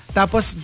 tapos